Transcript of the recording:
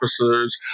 officers